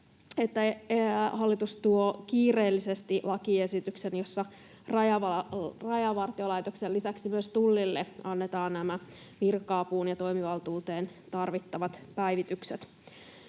hallitus tuo kiireellisesti lakiesityksen, jossa annetaan Rajavartiolaitoksen lisäksi Tullille nämä virka-apuun ja toimivaltuuteen tarvittavat päivitykset.